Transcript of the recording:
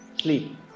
sleep